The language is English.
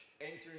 entering